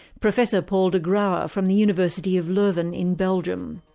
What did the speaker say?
professor paul de grauwe ah from the university of leuven, in belgium.